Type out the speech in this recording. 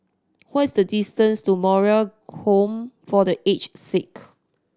what is the distance to Moral Home for The Aged Sick